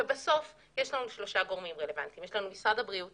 בסוף יש לנו שלושה גורמים רלוונטיים: משרד הבריאות